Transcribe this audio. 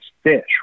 fish